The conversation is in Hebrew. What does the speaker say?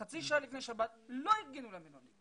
חצי שעה לפני שבת לא ארגנו לה מלונית.